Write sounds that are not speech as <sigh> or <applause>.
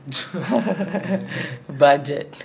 <laughs>